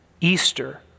Easter